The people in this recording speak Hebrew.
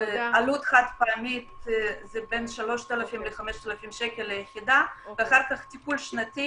עלות חד פעמית זה בין 3,000-5,000 ליחידה ואחר כך טיפול שנתי